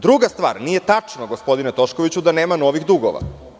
Druga stvar, nije tačno, gospodine Toškoviću, da nema novih dugova.